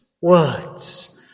words